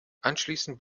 anschließend